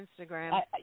Instagram